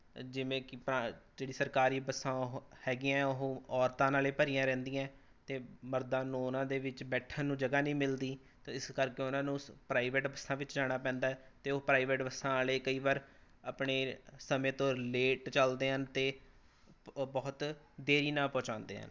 ਅ ਜਿਵੇਂ ਕਿ ਪਰਾ ਜਿਹੜੀ ਸਰਕਾਰੀ ਬੱਸਾਂ ਉਹ ਹੈਗੀਆਂ ਉਹ ਔਰਤਾਂ ਨਾਲ ਹੈ ਭਰੀਆਂ ਰਹਿੰਦੀਆਂ ਹੈ ਅਤੇ ਮਰਦਾਂ ਨੂੰ ਉਨ੍ਹਾਂ ਦੇ ਵਿੱਚ ਬੈਠਣ ਨੂੰ ਜਗ੍ਹਾ ਨਹੀਂ ਮਿਲਦੀ ਤਾਂ ਇਸ ਕਰਕੇ ਉਨ੍ਹਾਂ ਨੂੰ ਪ੍ਰਾਈਵੇਟ ਬੱਸਾਂ ਵਿੱਚ ਜਾਣਾ ਪੈਂਦਾ ਹੈ ਅਤੇ ਉਹ ਪ੍ਰਾਈਵੇਟ ਬੱਸਾਂ ਵਾਲੇ ਕਈ ਵਾਰ ਆਪਣੇ ਸਮੇਂ ਤੋਂ ਲੇਟ ਚੱਲਦੇ ਹਨ ਅਤੇ ਉਹ ਬਹੁਤ ਦੇਰੀ ਨਾਲ ਪਹੁੰਚਾਉਂਦੇ ਹਨ